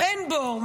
אין בור.